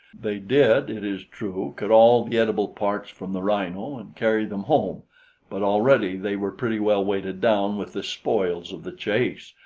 they did, it is true, cut all the edible parts from the rhino and carry them home but already they were pretty well weighted down with the spoils of the chase,